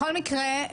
בכל מקרה,